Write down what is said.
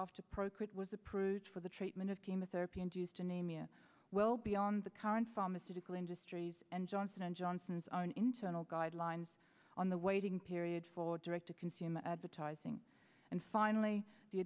after procrit was approved for the treatment of chemotherapy induced anemia well beyond the current pharmaceutical industries and johnson and johnson's own internal guidelines on the waiting period for direct to consumer advertising and finally the